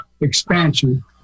expansion